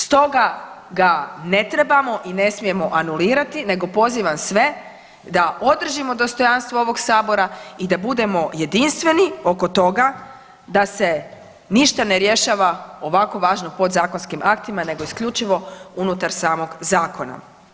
Stoga ga ne trebamo i ne smijemo anulirati nego pozivam sve da održimo dostojanstvo ovog sabora i da budemo jedinstveni oko toga da se ništa ne rješava ovako važno podzakonskim aktima nego isključivo unutar samog zakona.